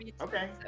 Okay